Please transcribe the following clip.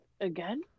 Again